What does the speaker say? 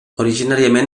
originàriament